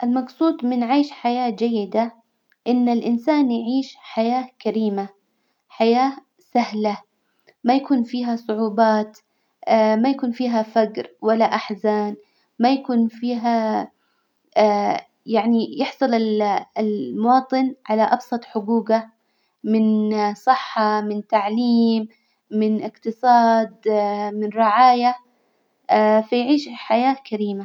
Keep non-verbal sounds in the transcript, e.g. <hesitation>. المقصود من عيش حياة جيدة إن الإنسان يعيش حياة كريمة، حياة سهلة، ما يكون فيها صعوبات <hesitation> ما يكون فيها فجر ولا أحزان، ما يكون فيها <hesitation> يعني يحصل ال- المواطن على أبسط حجوجه، من صحة، من تعليم، من إقتصاد <hesitation> من رعاية <hesitation> في عيشة حياة كريمة.